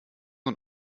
und